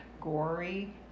gory